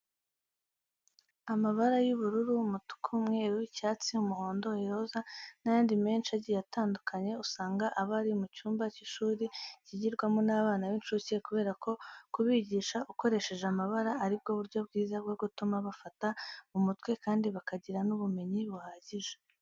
Amabara y'ubururu, umutuku, umweru, icyatsi, umuhondo, iroze n'ayandi menshi agiye atandukanye, usanga aba ari mu cyumba cy'ishuri ryigirwamo n'abana b'incuke kubera ko kubigisha ukoresheje amabara ari bwo buryo bwiza bwo gutuma bafata mu mutwe kandi bakagira n'ubumenyi buhagije.